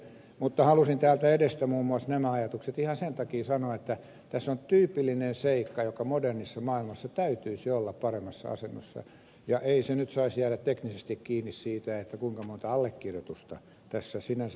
mutta halusin täältä edestä muun muassa nämä ajatukset ihan sen takia sanoa että tässä on tyypillinen seikka jonka modernissa maailmassa täytyisi olla paremmassa asemassa eikä se nyt saisi jäädä teknisesti kiinni siitä kuinka monta allekirjoitusta tässä sinänsä hyvässä lakialoitteessa on